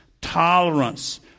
tolerance